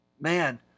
man